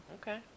okay